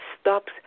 stops